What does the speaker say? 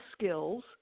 skills